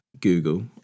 Google